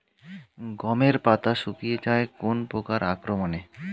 গমের পাতা শুকিয়ে যায় কোন পোকার আক্রমনে?